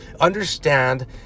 understand